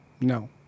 No